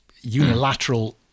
unilateral